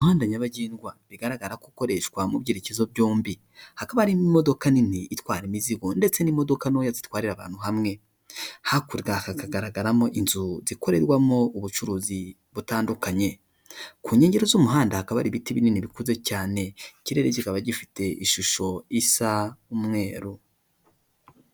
Umuhanda nyabagendwa bigaragara ko ikoreshwa mu byerekezo byombi, hakabamo imodoka nini itwara imizigo ndetse n'imodoka ntoya zitwarira abantu hamwe hakurya hakagaragaramo inzu zikorerwamo ubucuruzi butandukanye ku nkengero z'umuhanda hakaba hari ibiti binini bikuze cyane ikirere kikaba gifite ishusho isa umweru.